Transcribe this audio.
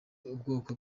ubwoko